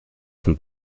zum